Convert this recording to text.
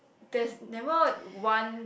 there's never one